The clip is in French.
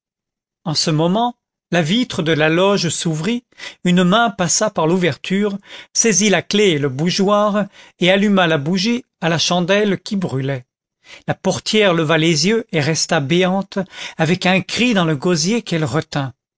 en ce moment la vitre de la loge s'ouvrit une main passa par l'ouverture saisit la clef et le bougeoir et alluma la bougie à la chandelle qui brûlait la portière leva les yeux et resta béante avec un cri dans le gosier qu'elle retint